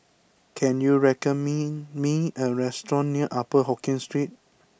can you recommending me a restaurant near Upper Hokkien Street